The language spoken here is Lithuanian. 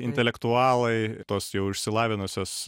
intelektualai tos jau išsilavinusios